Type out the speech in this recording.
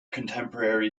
contemporary